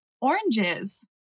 oranges